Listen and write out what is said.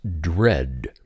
dread